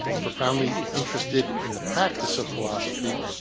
profoundly interested in the practice of philosophy,